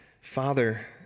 Father